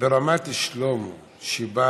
שלא